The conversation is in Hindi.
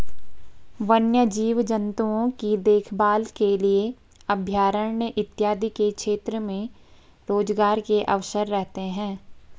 वन्य जीव जंतुओं की देखभाल के लिए अभयारण्य इत्यादि के क्षेत्र में रोजगार के अवसर रहते हैं